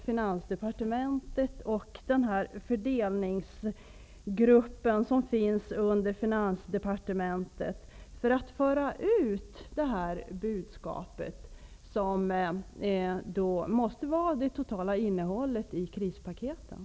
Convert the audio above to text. Finansdepartementet och den fördelningsgrupp som finns där för att föra ut det här budskapet, dvs. i princip det totala innehållet i krispaketen?